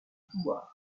pouvoir